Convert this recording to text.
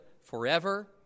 forever